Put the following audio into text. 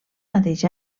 mateix